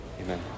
Amen